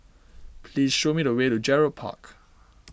please show me the way to Gerald Park